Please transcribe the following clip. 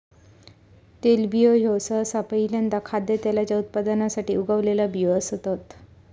तेलबियो ह्यो सहसा पहील्यांदा खाद्यतेलाच्या उत्पादनासाठी उगवलेला बियो असतत